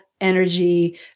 energy